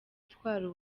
itwara